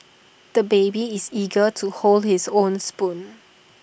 the baby is eager to hold his own spoon